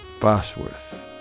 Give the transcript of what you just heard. Bosworth